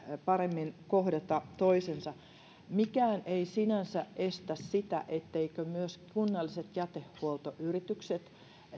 paremmin kohdata toisensa mikään ei sinänsä estä sitä etteivätkö myös kunnalliset jätehuoltoyritykset